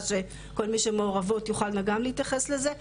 שכל מי שמעורבות תוכלנה גם להתייחס לזה,